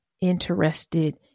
interested